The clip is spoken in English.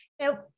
Now